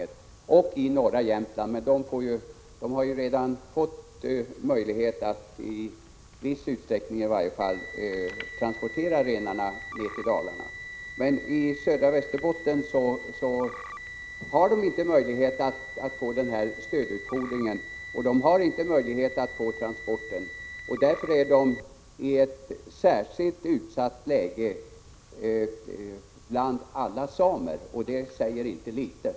Renägarna i norra Jämtland har visserligen drabbats lika hårt, men de har ju redan fått möjlighet att i varje fall i viss utsträckning transportera renar till Dalarna. Renägarna i södra Västerbotten har emellertid inte möjlighet att få stödutfodring och att få bidrag till transporten. Därför har dessa samer ett i förhållande till övriga samer särskilt utsatt läge, och det säger inte litet.